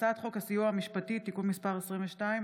הצעת חוק הסיוע המשפטי (תיקון מס' 22,